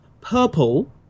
purple